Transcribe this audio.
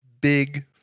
big